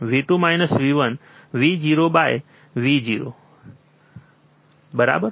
V2 V1 Vo by a Vo બરાબર